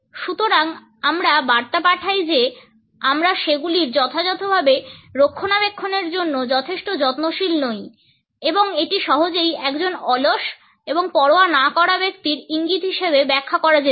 সুতরাং আমরা বার্তা পাঠাই যে আমরা সেগুলির যথাযথভাবে রক্ষণাবেক্ষণের জন্য যথেষ্ট যত্নশীল নই এবং এটি সহজেই একজন অলস এবং পরোয়া না করা ব্যক্তির ইঙ্গিত হিসাবে ব্যাখ্যা করা যেতে পারে